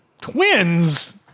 twins